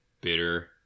bitter